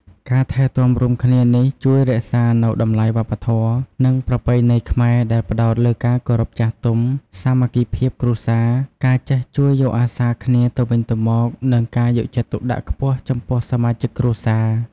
ការថែទាំរួមគ្នានេះជួយរក្សានូវតម្លៃវប្បធម៌ និងប្រពៃណីខ្មែរដែលផ្ដោតលើការគោរពចាស់ទុំ សាមគ្គីភាពគ្រួសារ ការចេះជួយយកអាសាគ្នាទៅវិញទៅមក និងការយកចិត្តទុកដាក់ខ្ពស់ចំពោះសមាជិកគ្រួសារ។